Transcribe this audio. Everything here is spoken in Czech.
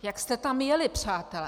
Jak jste tam jeli, přátelé?